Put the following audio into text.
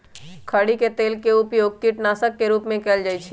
खरी के तेल के उपयोग कीटनाशक के रूप में कएल जाइ छइ